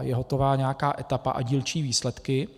Je hotova nějaká etapa a dílčí výsledky.